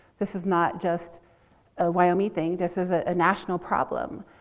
this is not just a wyoming thing. this is ah a national problem.